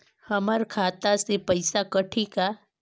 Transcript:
हमर खाता से पइसा कठी का?